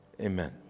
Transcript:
amen